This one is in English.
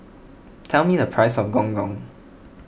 tell me the price of Gong Gong